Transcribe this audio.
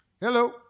Hello